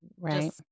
right